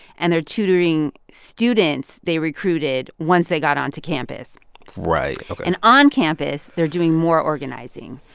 and they're tutoring students they recruited once they got onto campus right. ok and on campus, they're doing more organizing.